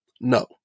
No